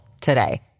today